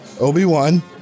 Obi-Wan